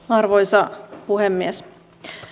arvoisa puhemies